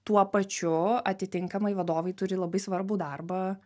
tuo pačiu atitinkamai vadovai turi labai svarbų darbą